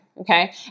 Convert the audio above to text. okay